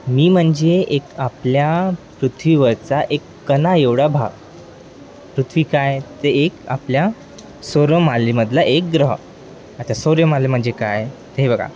मी म्हणजे एक आपल्या पृथ्वीवरचा एक कणाएवढा भाग पृथ्वी काय तर एक आपल्या सौरमालेमधला एक ग्रह अच्छा सौरमाले म्हणजे काय हे बघा